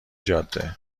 جاده